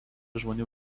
žmonių